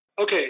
Okay